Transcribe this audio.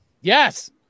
Yes